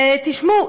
ותשמעו,